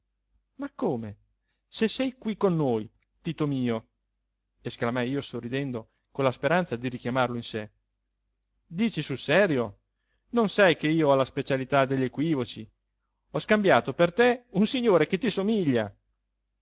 ma come se sei qui con noi tito mio esclamai io sorridendo con la speranza di richiamalo in sé dici sul serio non sai che io ho la specialità degli equivoci ho scambiato per te un signore che ti somiglia